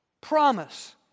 promise